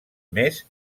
més